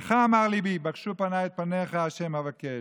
לך אמר לבי בקשו פני את פניך ה' אבקש.